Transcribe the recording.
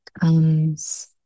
comes